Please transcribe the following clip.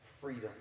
freedom